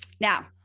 now